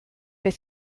beth